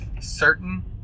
certain